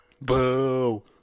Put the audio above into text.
boo